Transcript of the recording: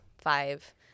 five